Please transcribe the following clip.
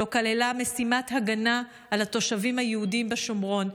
לא כללה משימת הגנה על התושבים היהודים בשומרון,